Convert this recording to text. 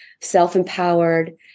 self-empowered